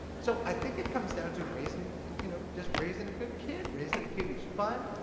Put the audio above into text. so i think it comes down to raising, you know, just raising a good kid! raising a kid who's fun,